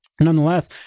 nonetheless